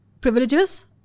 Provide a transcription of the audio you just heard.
privileges